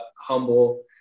humble